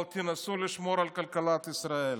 אבל תנסו לשמור על כלכלת ישראל.